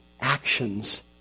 actions